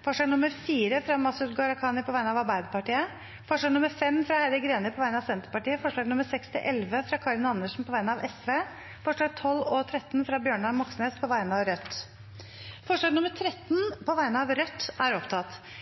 Sosialistisk Venstreparti forslag nr. 4, fra Masud Gharahkhani på vegne av Arbeiderpartiet forslag nr. 5, fra Heidi Greni på vegne av Senterpartiet forslagene nr. 6–11, fra Karin Andersen på vegne av Sosialistisk Venstreparti forslagene nr. 12 og 13, fra Bjørnar Moxnes på vegne av Rødt Det voteres over forslag nr. 13, fra Rødt.